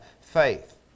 faith